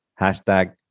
hashtag